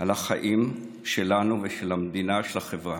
על החיים שלנו ושל המדינה, של החברה.